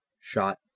shot